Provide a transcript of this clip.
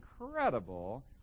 incredible